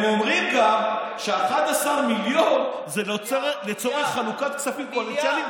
הם אומרים גם ש-11 מיליון זה לצורך חלוקת כספים קואליציוניים,